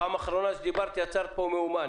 פעם אחרונה שדיברת יצרת פה מהומה,